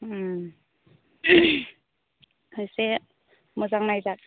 खनसे मोजां नायजा